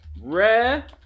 Rare